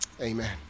amen